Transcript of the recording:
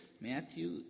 Matthew